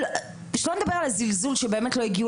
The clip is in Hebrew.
אז שלא נדבר על הזלזול שבאמת לא הגיעו